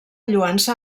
lloança